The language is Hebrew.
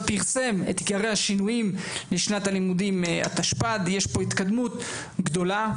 פרסם את עיקרי השינויים לשנת הלימודים התשפ"ד; יש פה התקדמות גדולה.